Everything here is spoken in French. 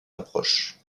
approche